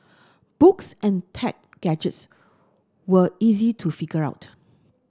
books and tech gadgets were easy to figure out